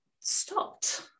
stopped